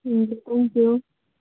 हजुर हुन्छ